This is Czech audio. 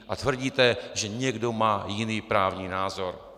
A tvrdíte, že někdo má jiný právní názor.